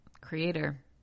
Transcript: creator